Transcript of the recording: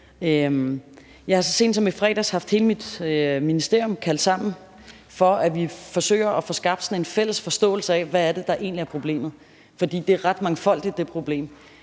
Jeg har så sent som i fredags haft hele mit ministerium kaldt sammen, for at vi kan forsøge at få skabt en fælles forståelse af, hvad der egentlig er problemet, for problemet er ret mangfoldigt. Vi fik